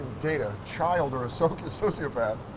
date a child or a so sociopath.